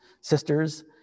sisters